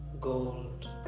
gold